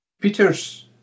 Peter's